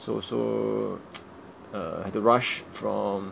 so so uh had to rush from